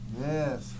Yes